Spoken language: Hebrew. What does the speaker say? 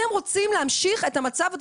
אתם רוצים להמשיך את המצב.